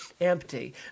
empty